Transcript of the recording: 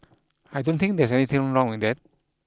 I don't think there's anything wrong with that